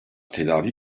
tedavi